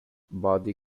body